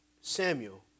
Samuel